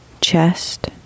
chest